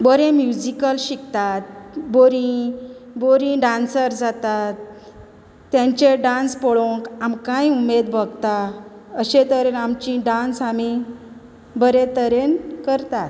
बोरें म्युजिकल शिकतात बोरी बोरी डांसर जातात तेंचे डांस पोळोंक आमकांय उमेद भोगता अशे तरवे आमची डांस आमी बरे तरेन करतात